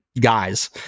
guys